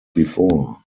before